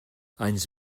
anys